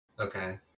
Okay